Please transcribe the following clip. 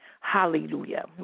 hallelujah